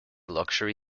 luxury